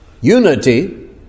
Unity